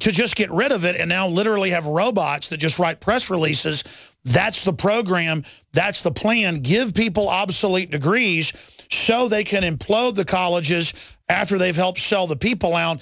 to just get rid of it and now literally have robots that just write press releases that's the program that's the play and give people obsolete degrees show they can implode the colleges after they've helped sell the people around